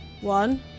one